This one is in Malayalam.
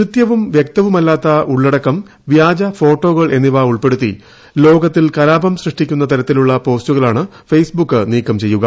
കൃത്യവും വൃക്തവുമല്ലാത്ത ഉള്ളടക്കം വൃാജ ഫോട്ടോകൾ എന്നിവ ഉൾപ്പെടുത്തി ലോകത്തിൽ കലാപം സൃഷ്ടിക്കുന്ന തരത്തിലുള്ള പോസ്റ്റുകളാണ് ഫെയ്സ്ബുക്ക് നീക്കം ചെയ്യുക